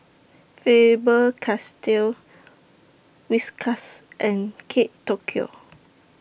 Faber Castell Whiskas and Kate Tokyo